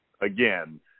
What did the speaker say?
Again